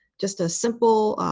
just a simple,